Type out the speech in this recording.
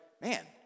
man